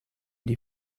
die